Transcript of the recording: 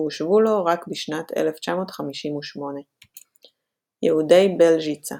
והושבו לו רק בשנת 1958. יהודי בלז'יצה